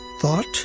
thought